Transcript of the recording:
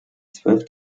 zwölf